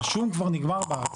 השום כבר נגמר בארץ.